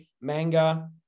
manga